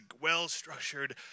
well-structured